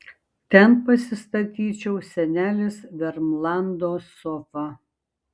ten pasistatyčiau senelės vermlando sofą